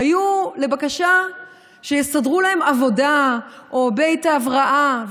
היו לבקשה שיסדרו להם עבודה או בית הבראה,